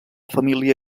família